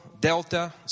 Delta